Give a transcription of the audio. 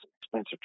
expensive